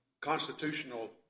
constitutional